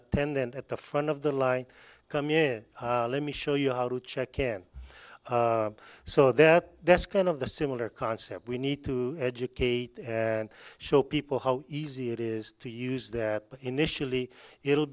attendant at the front of the line come in let me show you how to check can so that that's kind of the similar concept we need to educate and show people how easy it is to use that initially it'll